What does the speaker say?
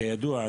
כידוע,